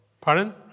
pardon